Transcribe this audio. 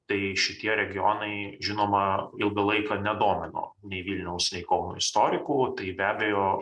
tai šitie regionai žinoma ilgą laiką nedomino nei vilniaus nei kauno istorikų tai be abejo